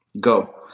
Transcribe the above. go